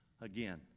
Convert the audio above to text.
again